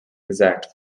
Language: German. gesagt